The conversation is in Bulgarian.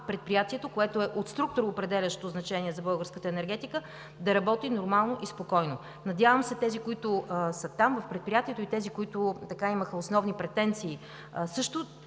Предприятието, което е от структуроопределящо значение за българската енергетика, да работи нормално и спокойно. Надявам се тези, които са в Предприятието, и онези, които имаха основни претенции, също